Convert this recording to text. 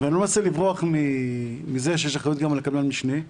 אני לא מנסה לברוח מכך שיש אחריות גם על קבלן המשנה.